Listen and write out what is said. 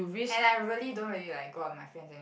and I really don't really like go out with my friends anymore